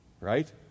Right